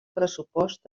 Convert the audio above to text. pressupost